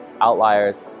Outliers